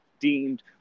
deemed